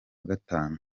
gatanu